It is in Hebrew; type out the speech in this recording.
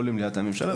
לא למליאת הממשלה.